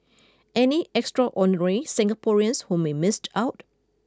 any extraordinary Singaporeans whom we missed out